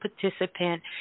participant